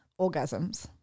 orgasms